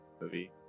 movie